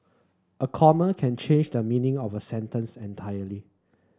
a comma can change the meaning of a sentence entirely